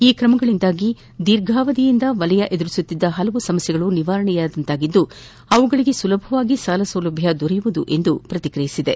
ಈ ಕ್ರಮಗಳಿಂದಾಗಿ ದೀರ್ಘಾವಧಿಯಿಂದ ವಲಯ ವದುರಿಸುತ್ತಿದ್ದ ಹಲವು ಸಮಸ್ಯೆಗಳು ನಿವಾರಣೆಯಾದಂತಾಗಿದ್ದು ಅವುಗಳಿಗೆ ಸುಲಭವಾಗಿ ಸಾಲ ಸೌಲಭ್ಯ ದೊರೆಯಲಿದೆ ಎಂದು ಪ್ರತಿಕ್ರಿಯಿಸಿದೆ